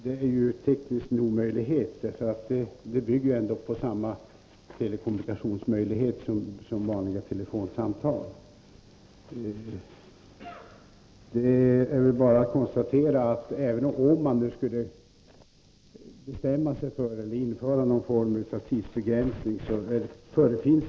Det är en teknisk omöjlighet, eftersom dessa samtal bygger på samma telekommunikationsmöjlighet som vanliga telefonsamtal. Slutligen vill jag bara konstatera att även om man skulle bestämma sig för att införa någon form av tidsbegränsning, så finns ju ändå möjligheten att ringa upp på nytt.